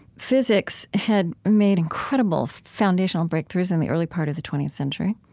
physics had made incredible foundational breakthroughs in the early part of the twentieth century.